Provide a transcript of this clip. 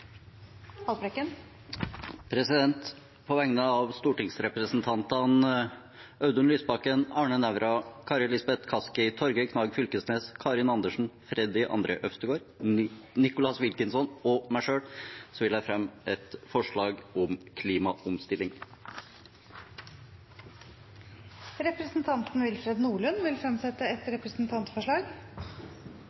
På vegne av stortingsrepresentantene Audun Lysbakken, Arne Nævra, Kari Elisabeth Kaski, Torgeir Knag Fylkesnes, Karin Andersen, Freddy André Øvstegård, Nicholas Wilkinson og meg selv vil jeg fremme et forslag om klimaomstilling. Representanten Willfred Nordlund vil fremsette et